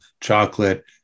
chocolate